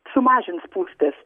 sumažins spūstis